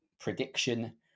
prediction